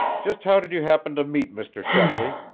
just how did you happen to meet mr. shepley?